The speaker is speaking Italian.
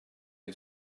che